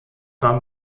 war